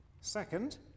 second